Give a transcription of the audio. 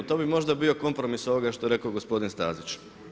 To bi možda bio kompromis ovoga što je rekao gospodin Stazić.